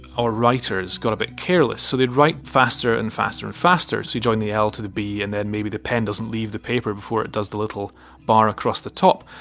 or writers got a bit careless, so they'd write faster and faster and faster, so you join the l to the b and maybe the pen doesn't leave the paper before it does the little bar across the top.